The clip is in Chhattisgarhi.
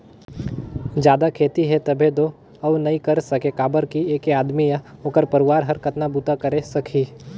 जादा खेती हे तभे तो अउ नइ कर सके काबर कि ऐके आदमी य ओखर परवार हर कतना बूता करे सकही